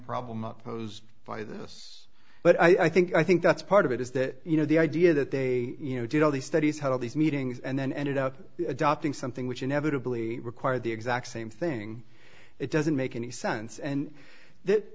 problem posed by the us but i think i think that's part of it is that you know the idea that they you know did all these studies had all these meetings and then ended up adopting something which inevitably required the exact same thing it doesn't make any sense and that